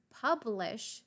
publish